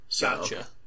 Gotcha